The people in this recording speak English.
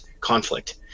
conflict